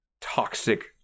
toxic